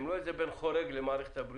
הן לא איזה בן חורג למערכת הבריאות.